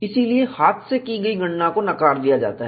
इसलिए हाथ से की गई गणना को नकार दिया जाता है